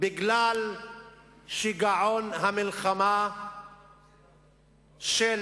בגלל שיגעון המלחמה של